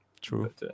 True